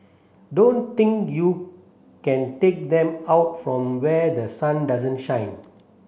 don't think you can take them out from where the sun doesn't shine